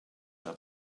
are